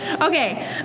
Okay